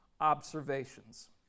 observations